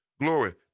glory